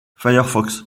firefox